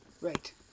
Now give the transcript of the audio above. Right